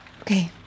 Okay